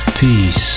Peace